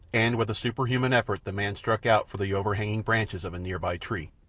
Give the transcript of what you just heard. and with a superhuman effort the man struck out for the overhanging branches of a near-by tree.